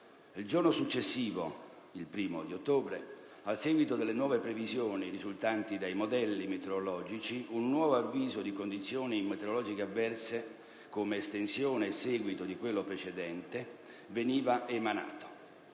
Il giorno successivo, il 1° ottobre, a seguito delle nuovi previsioni risultanti dai modelli meteorologici, un nuovo avviso di condizioni meteorologiche avverse, come estensione e seguito di quello precedente, veniva emanato,